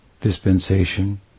dispensation